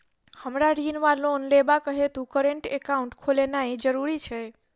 हमरा ऋण वा लोन लेबाक हेतु करेन्ट एकाउंट खोलेनैय जरूरी छै?